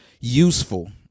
useful